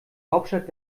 hauptstadt